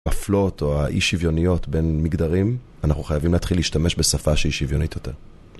מפלות או האי שוויוניות בין מגדרים, אנחנו חייבים להתחיל להשתמש בשפה שהיא שוויונית יותר.